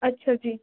ਅੱਛਾ ਜੀ